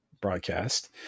broadcast